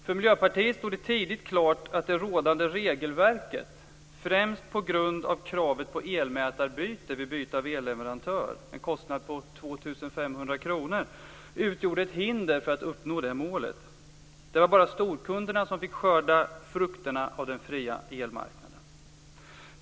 För Miljöpartiet stod det tidigt klart att det rådande regelverket främst på grund av kravet på elmätarbyte vid byte av elleverantör - en kostnad på 2 500 kr - utgjorde ett hinder för att uppnå det målet. Det var bara storkunderna som fick skörda frukterna av den fria elmarknaden.